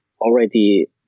already